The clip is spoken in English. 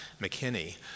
McKinney